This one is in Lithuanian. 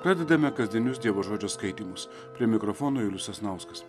pradedame kasdienius dievo žodžio skaitymus prie mikrofono julius sasnauskas